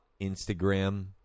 Instagram